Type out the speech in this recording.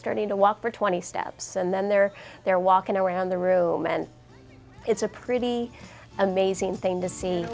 starting to walk for twenty steps and then they're they're walking around the room and it's a pretty amazing thing to see